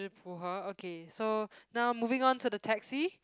okay so now moving on to the taxi